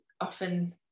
often